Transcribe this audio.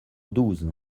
douze